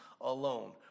alone